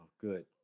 good